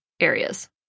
areas